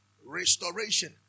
Restoration